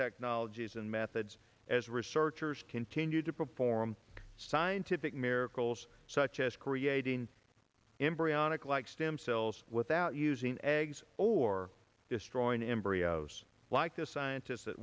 technologies and methods as researchers continue to perform scientific miracles such as creating embryonic like stem cells without using eggs or destroying embryos like the scientist